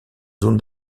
zone